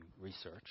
research